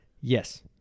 Yes